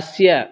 अस्य